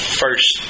first